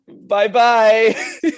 Bye-bye